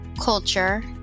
culture